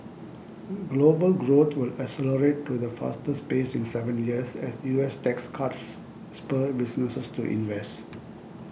global growth will accelerate to the fastest pace in seven years as US tax cuts spur businesses to invest